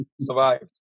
Survived